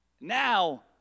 now